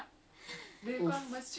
girl